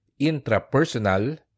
intrapersonal